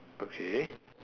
okay